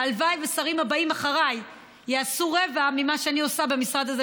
והלוואי שהשרים הבאים אחריי יעשו רבע ממה שאני עושה במשרד הזה,